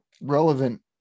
relevant